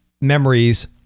memories